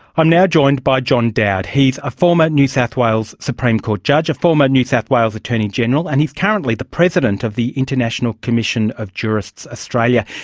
i'm now joined by john dowd. he's a former new south wales supreme court judge, a former new south wales attorney general and he's currently the president of the international commission of jurists australia.